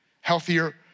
Healthier